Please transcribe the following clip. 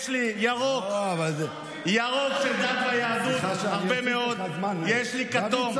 יש לי ירוק לדת ויהדות, הרבה מאוד, יש לי כתום,